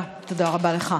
תודה רבה לך.